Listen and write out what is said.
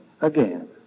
again